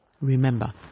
Remember